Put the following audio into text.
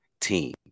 team